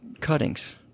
cuttings